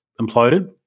imploded